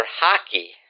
hockey